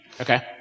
Okay